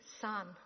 son